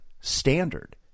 Standard